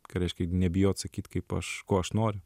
ką reiškia nebijo atsakyt kaip aš ko aš noriu